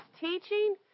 teaching